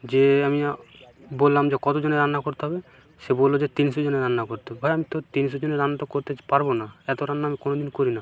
যেয়ে আমিয়া বললাম যে কতোজনের রান্না করতে হবে সে বললো যে তিনশোজনের রান্না করতে এবার আমি তো তিনশোজনের রান্না তো করতে পারবো না এতো রান্না আমি কোনো দিন করি না